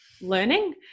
learning